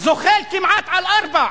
זוחל כמעט על ארבע,